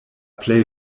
plej